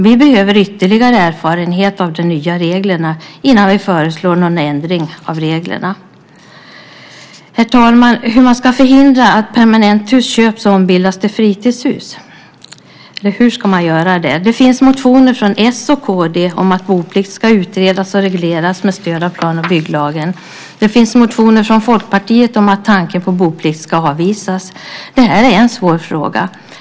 Vi behöver ytterligare erfarenhet av de nya reglerna innan vi föreslår någon ändring av reglerna. Hur ska man förhindra att permanenthus köps och ombildas till fritidshus? Det finns motioner från Socialdemokraterna och Kristdemokraterna om att boplikt ska utredas och regleras med stöd av plan och bygglagen. Det finns motioner från Folkpartiet om att tanken på boplikt ska avvisas. Detta är en svår fråga.